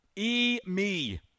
E-me